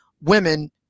women